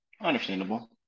understandable